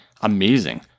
amazing